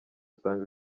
usanga